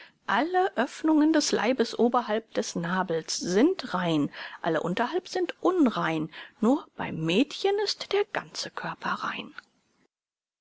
alle öffnungen des leibes oberhalb des nabels sind rein alle unterhalb sind unrein nur beim mädchen ist der ganze körper